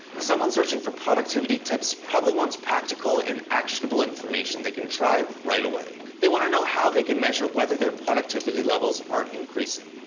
someone searching for productivity tips probably wants practical and actionable information they can try right away. they want to know how they can measure whether their productivity levels are increasing.